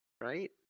Right